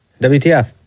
WTF